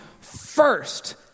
first